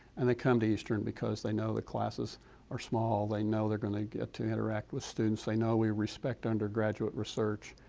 and they come to eastern because they know the classes are small, they know they're going to get to interact with students, they know we respect our undergraduate research.